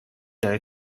dal